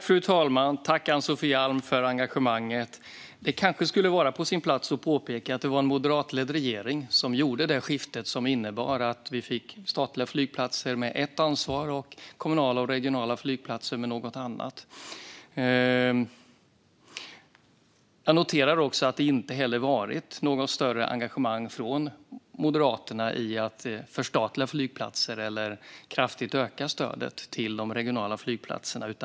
Fru talman! Jag tackar Ann-Sofie Alm för engagemanget. Det skulle kanske vara på sin plats att påpeka att det var en moderatledd regering som gjorde det skifte som innebar att vi fick statliga flygplatser med ett ansvar och kommunala och regionala flygplatser med något annat. Jag noterar också att det inte heller har varit något större engagemang från Moderaterna i fråga om att förstatliga flygplatser eller kraftigt öka stödet till de regionala flygplatserna.